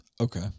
Okay